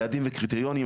יעדים וקריטריונים,